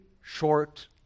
short